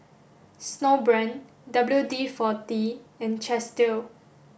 snowbrand W D forty and Chesdale